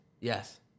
Yes